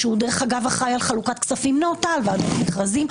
דרך אגב הוא אחראי על חלוקת כספים נאותה ועל חוק מכרזים,